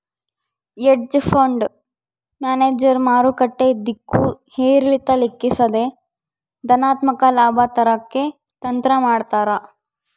hedge fund manager ಮಾರುಕಟ್ಟೆ ದಿಕ್ಕು ಏರಿಳಿತ ಲೆಕ್ಕಿಸದೆ ಧನಾತ್ಮಕ ಲಾಭ ತರಕ್ಕೆ ತಂತ್ರ ಮಾಡ್ತಾರ